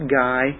guy